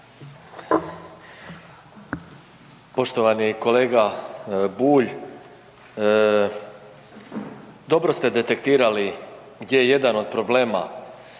Poštovani kolega Bulj, dobro ste detektirali gdje je jedan od problema